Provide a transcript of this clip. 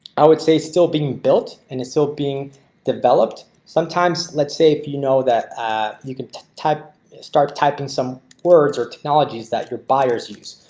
i would say still being built and is still being developed. sometimes let's say if you know that you can type start typing some words or technologies that your buyers use.